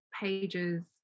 pages